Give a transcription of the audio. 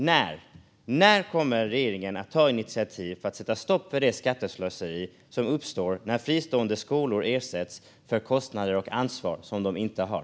När kommer regeringen att ta initiativ för att sätta stopp för det skatteslöseri som uppstår när fristående skolor ersätts för kostnader och ansvar som de inte har?